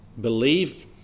believe